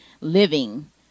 living